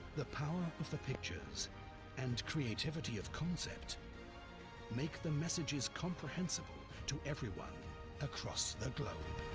the power of the pictures and creativity of concept make the messages comprehensible to everyone across the globe.